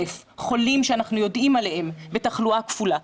חולים שאנחנו יודעים עליהם בתחלואה כפולה.